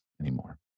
anymore